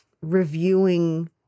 Reviewing